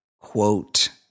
quote